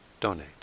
donate